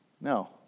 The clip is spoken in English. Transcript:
No